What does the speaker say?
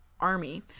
army